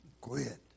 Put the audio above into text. quit